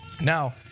Now